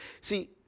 See